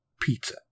pizza